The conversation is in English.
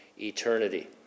eternity